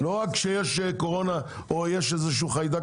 לא רק כשיש קורונה או וירוס.